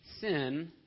Sin